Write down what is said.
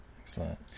excellent